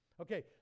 Okay